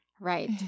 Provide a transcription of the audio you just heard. Right